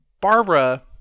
Barbara